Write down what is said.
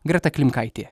greta klimkaitė